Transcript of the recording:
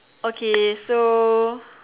okay so